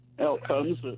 outcomes